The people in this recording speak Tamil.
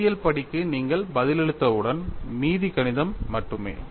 கருத்தியல் படிக்கு நீங்கள் பதிலளித்தவுடன் மீதி கணிதம் மட்டுமே